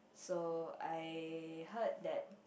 so I heard that